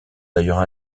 d’ailleurs